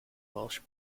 welsh